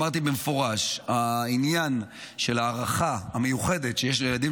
אמרתי במפורש שהעניין של ההארכה המיוחדת שיש לילדים